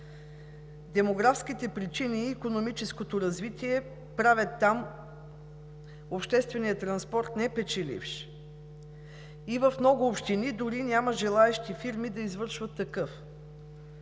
Демографските причини и икономическото развитие там правят обществения транспорт непечеливш и в много общини дори няма желаещи фирми да извършват такъв.